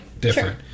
different